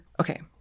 okay